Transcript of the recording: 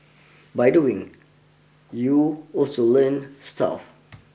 by doing you also learn stuff